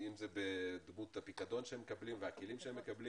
אם זה בדמות הפיקדון שהם מקבלים והכלים שהם מקבלים